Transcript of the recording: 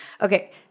Okay